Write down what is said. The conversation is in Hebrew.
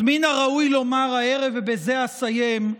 אז מן הראוי לומר הערב, ובזה אסיים,